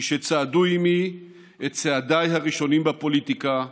מי שצעדו עימי את צעדיי הראשונים בפוליטיקה,